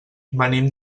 venim